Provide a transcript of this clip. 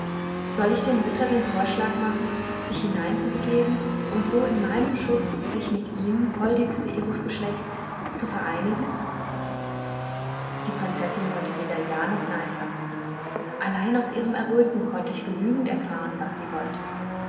soll ich dem ritter den vorschlag machen sich hineinzubegeben und so in meinem schutz sich mit ihnen holdseligste ihres geschlechts zu vereinigen die prinzessin wollte weder ja noch nein sagen allein aus ihrem erröten konnte ich genügend erfahren was sie wollte